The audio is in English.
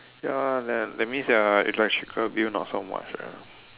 ya that that means their electrical bill not so much eh